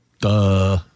Duh